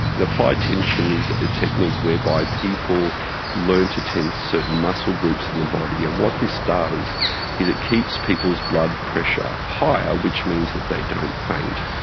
but applied tension is a technique whereby people learn to tense certain muscle groups in the body and what this does is it keeps people's blood pressure higher, which means that they don't faint.